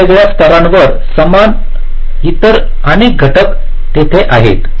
वेगवेगळ्या स्तरांवर समान इतर अनेक घटक तेथे आहेत